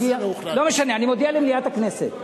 מה זה, לא, לא משנה, אני מודיע למליאת הכנסת.